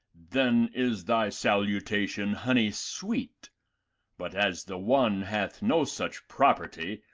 then is thy salutation honey sweet but as the one hath no such property,